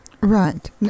Right